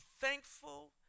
thankful